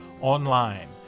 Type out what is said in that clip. online